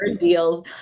deals